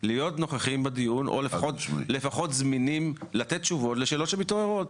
להיות נוכחים בדיון או לפחות זמינים לתת תשובות לשאלות שמתעוררות.